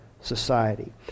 society